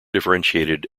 differentiated